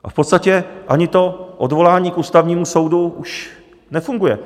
V podstatě ani odvolání k Ústavnímu soudu už nefunguje.